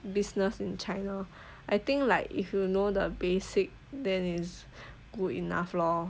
business in china I think like if you know the basic then it's good enough lor